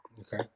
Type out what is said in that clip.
okay